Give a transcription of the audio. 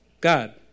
God